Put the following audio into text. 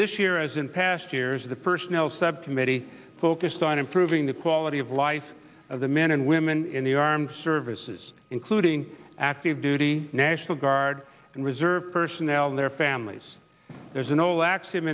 this year as in past years the personnel subcommittee focused on improving the quality of life of the men and women in the armed services including active duty national guard and reserve personnel and their families there's